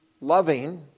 loving